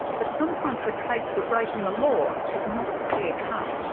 but sometimes the case for breaking the law is not as clear-cut.